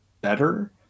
better